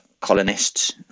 colonists